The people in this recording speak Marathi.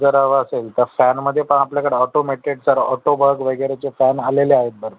जर हवं असेल तर फॅनमध्ये पण आपल्याकडे ऑटोमेटेड सर ऑटोबास वगैरेचे फॅन आलेले आहेत भरपूर